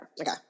Okay